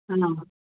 न